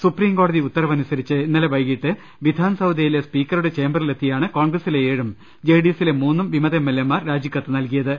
supreme കോടതി ഉത്തരവനുസരിച്ച് ഇന്നലെ വൈകീട്ട് വിധാൻസൌദയിലെ സ്പീക്കറുടെ ചേംബറിലെ ത്തിയാണ് കോൺഗ്രസിലെ ഏഴും ജെഡിഎസിലെ മൂന്നും വിമത എംഎൽഎമാർ രാജിക്കത്ത് നൽകിയത്